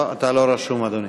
לא רשום, אדוני.